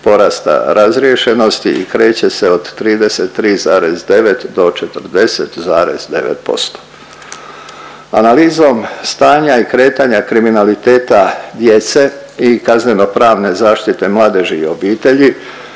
porasta razriješenosti i kreće se od 33,9 do 40,9%. Analizom stanja i kretanja kriminaliteta djece i kaznenopravne zaštite mladeži i obitelji